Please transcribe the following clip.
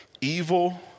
evil